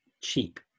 cheap